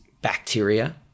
bacteria